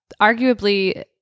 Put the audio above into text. arguably